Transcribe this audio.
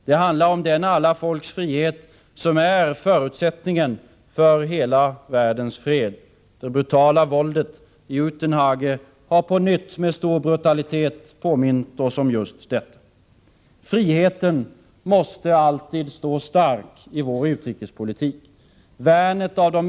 Det handlar om den alla folks frihet som är förutsättningen för hela världens fred. Det brutala våldet i Uitenhage har på nytt med stor brutalitet påmint oss om just detta. Friheten måste alltid stå stark i vår utrikespolitik. Värnet av de år långsiktiga fredspolitik.